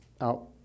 out